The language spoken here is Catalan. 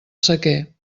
sequer